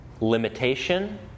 limitation